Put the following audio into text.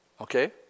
okay